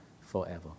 forever